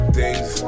days